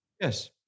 Yes